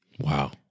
Wow